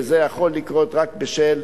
וזה יכול לקרות רק בשל